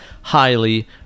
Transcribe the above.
Highly